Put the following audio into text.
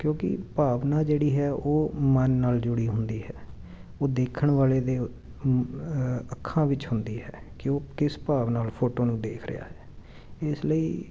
ਕਿਉਂਕਿ ਭਾਵਨਾ ਜਿਹੜੀ ਹੈ ਉਹ ਮਨ ਨਾਲ ਜੁੜੀ ਹੁੰਦੀ ਹੈ ਉਹ ਦੇਖਣ ਵਾਲੇ ਦੇ ਅੱਖਾਂ ਵਿੱਚ ਹੁੰਦੀ ਹੈ ਕਿ ਉਹ ਕਿਸ ਭਾਵ ਨਾਲ ਫੋਟੋ ਨੂੰ ਦੇਖ ਰਿਹਾ ਹੈ ਇਸ ਲਈ